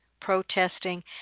protesting